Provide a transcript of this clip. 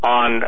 on